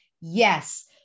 Yes